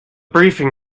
briefing